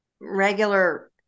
regular